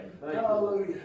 Hallelujah